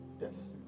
Yes